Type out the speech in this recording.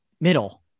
middle